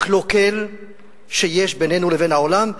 קלוקל שיש בינינו לבין העולם,